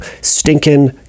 stinking